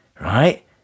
Right